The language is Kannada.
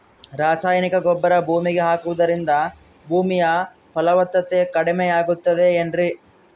ರಾಸಾಯನಿಕ ಗೊಬ್ಬರ ಭೂಮಿಗೆ ಹಾಕುವುದರಿಂದ ಭೂಮಿಯ ಫಲವತ್ತತೆ ಕಡಿಮೆಯಾಗುತ್ತದೆ ಏನ್ರಿ?